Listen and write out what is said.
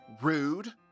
Rude